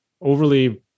overly